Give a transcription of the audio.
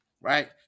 right